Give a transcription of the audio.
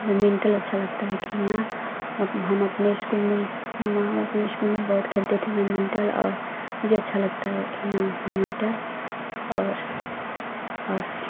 badminton अच्छा लगता है खेलना हम अपने इश्कूल में हम हम अपने इश्कूल में बहुत खेलते थे बैडमिंटल और मुझे अच्छा लगता बैडमिंटल और और